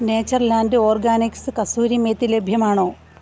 Natureland organics kasuri methi ലഭ്യമാണോ